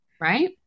right